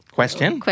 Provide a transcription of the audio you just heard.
question